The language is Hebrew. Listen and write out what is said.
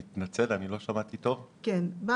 בסדר, גברתי.